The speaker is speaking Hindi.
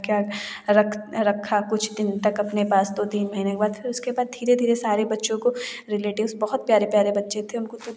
क्या रखा कुछ दिन तक अपने पास तो तीन महीने के बाद उसके बाद धीरे धीरे सारे बच्चों को रिलेटिव्स बहुत प्यारे प्यारे बच्चे थे उनको